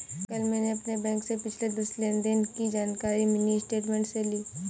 कल मैंने अपने बैंक से पिछले दस लेनदेन की जानकारी मिनी स्टेटमेंट से ली